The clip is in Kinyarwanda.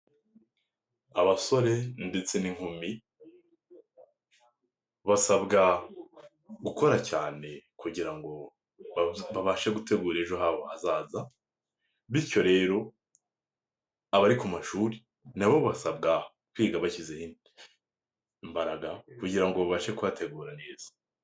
Abasore ndetse n'inkumi basabwa gukora cyane kugira ngo babashe gutegura ejo habo hazaza, bityo rero abari ku mashuri na bo basabwa kwiga bashyizeho imbara kugira ngo babashe kuhategura neza.